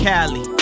Cali